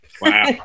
Wow